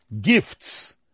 gifts